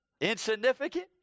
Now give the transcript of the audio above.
Insignificant